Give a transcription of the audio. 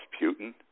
putin